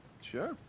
Sure